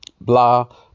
blah